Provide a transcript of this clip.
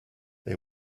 they